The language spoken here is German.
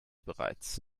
bereits